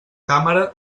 càmera